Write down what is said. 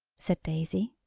said daisy.